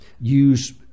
use